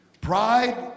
Pride